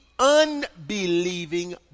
Unbelieving